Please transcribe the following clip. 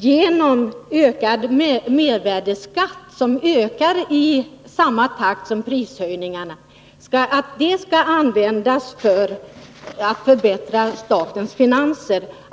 genom ökad mervärdeskatt, som ökar i samma takt som priserna, skall användas för att förbättra statens finanser.